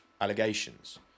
allegations